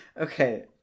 okay